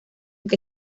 que